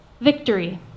Victory